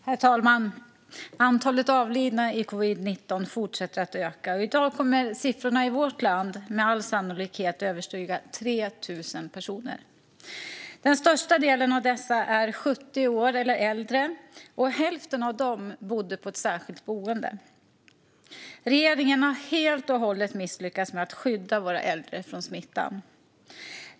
Herr talman! Antalet avlidna i covid-19 fortsätter att öka, och i dag kommer siffran för vårt land med all sannolikhet att överstiga 3 000. Den största delen av dessa är 70 år eller äldre, och hälften av dem bodde på särskilt boende. Regeringen har helt och hållet misslyckats med att skydda våra äldre från smittan.